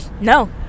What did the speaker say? No